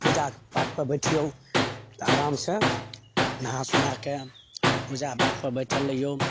पूजा पाठपर बैठिऔ आरामसे नहा सोनाके पूजा पाठपर बैठल रहिऔ